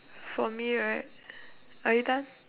for me right are you done